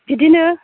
बिदिनो